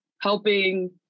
helping